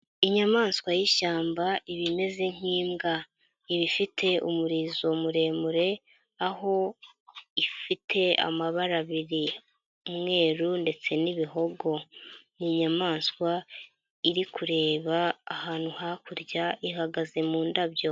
Inyamaswa y'ishyamba iba imeze nk'imbwa. Iba ifite umurizo muremure aho ifite amabara abiri, umweru ndetse n'ibihogo. Ni inyamaswa iri kureba ahantu hakurya ihagaze mu ndabyo.